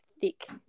thick